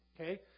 okay